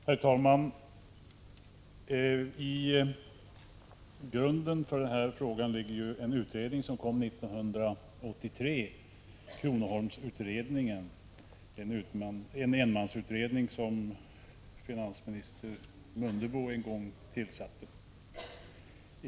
Herr talman! Till grund för den här frågan ligger en utredning från 1983, kronoholmsutredningen. Det var en enmansutredning som finansminister Mundebo på sin tid tillsatte.